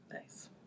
Nice